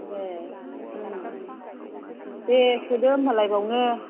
ए दे होदो होमब्लाय बेयावनो